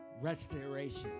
Restoration